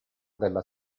della